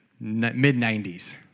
mid-90s